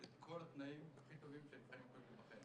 את כל התנאים הכי טובים שנבחנים יכולים להיבחן.